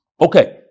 Okay